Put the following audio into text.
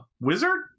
wizard